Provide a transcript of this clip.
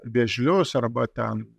vėžlius arba ten